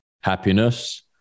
happiness